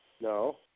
No